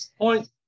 Point